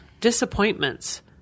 disappointments